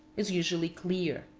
is usually clear.